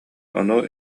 ону